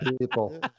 people